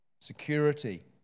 security